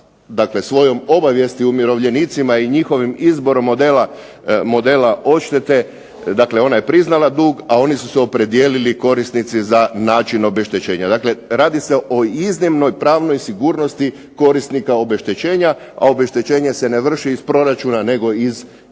dakle svojom obavijesti umirovljenicima i njihovim izborom modela odštete, dakle ona je priznala dug, a oni su se opredijelili korisnici za način obeštećenja. Dakle radi se o iznimnoj pravnoj sigurnosti korisnika obeštećenja, a obeštećenje se ne vrši iz proračuna, nego iz imovine